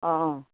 অঁ অঁ